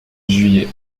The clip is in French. juillet